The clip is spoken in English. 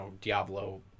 Diablo